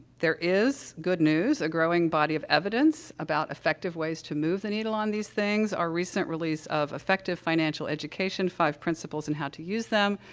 there is good news, a growing body of evidence, about effective ways to move the needle on these things. our recent release of effective financial education five principles and how to use them,